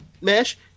mesh